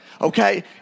Okay